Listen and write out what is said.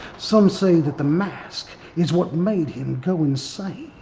some say that the mask is what made him go insane.